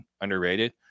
underrated